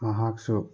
ꯃꯍꯥꯛꯁꯨ